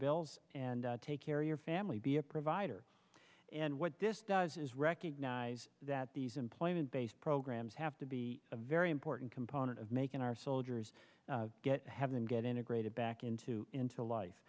bills and take care of your family be a provider and what this does is recognize that these employment based programs have to be a very important component of making our soldiers have them get integrated back into into